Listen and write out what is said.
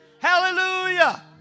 hallelujah